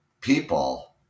people